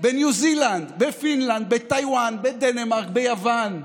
בניו זילנד, בפינלנד, בטייוואן, בדנמרק, ביוון.